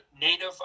Native